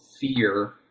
fear